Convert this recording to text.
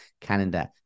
calendar